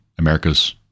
America's